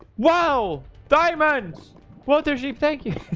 wow diamonds what their sheep thank you